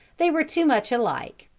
they were too much alike,